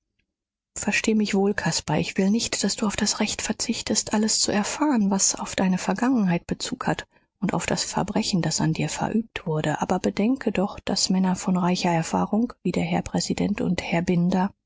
versteh mich wohl caspar ich will nicht daß du auf das recht verzichtest alles zu erfahren was auf deine vergangenheit bezug hat und auf das verbrechen das an dir verübt wurde aber bedenke doch daß männer von reicher erfahrung wie der herr präsident und herr binder